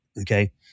okay